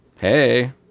hey